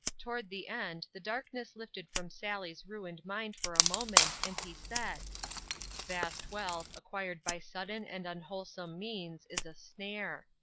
toward the end the darkness lifted from sally's ruined mind for a moment, and he said vast wealth, acquired by sudden and unwholesome means, is a snare.